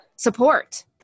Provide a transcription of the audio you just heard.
support